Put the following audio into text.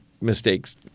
mistakes